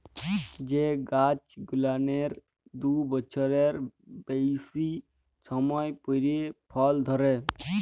যে গাইছ গুলানের দু বচ্ছরের বেইসি সময় পইরে ফল ধইরে